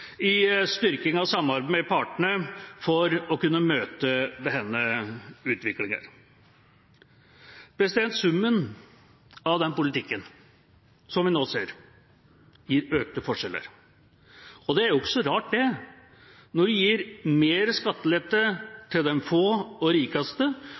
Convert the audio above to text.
styrking av samarbeidet med partene for å kunne møte denne utviklingen. Summen av den politikken som vi nå ser, gir økte forskjeller. Det er ikke så rart når man gir